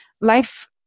life